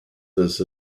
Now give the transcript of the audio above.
this